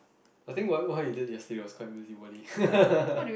I think what what you did yesterday was quite busybody